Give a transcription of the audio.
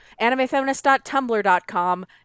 animefeminist.tumblr.com